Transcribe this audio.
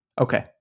Okay